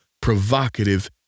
provocative